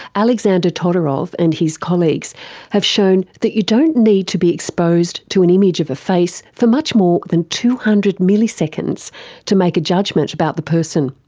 alexander todorov and his colleagues have shown that you don't need to be exposed to an image of a face for much more than two hundred milliseconds to make a judgement about the person.